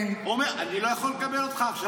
אני אומר: אני לא יכול לקבל אותך עכשיו,